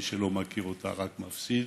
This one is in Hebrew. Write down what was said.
שמי שלא מכיר אותה רק מפסיד,